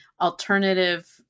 alternative